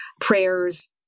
prayers